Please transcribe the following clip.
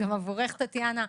גם עבורך, טטיאנה.